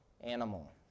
animal